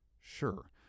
Sure